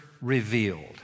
revealed